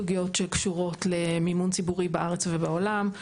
סוגיות שקשורות למימון ציבורי בארץ ובעולם,